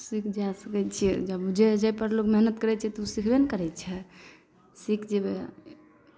सीख जा सकै छी जब जाहिपर लोक मेहनत करै छै तऽ उ सीखबे ने करै छै सीख जेबै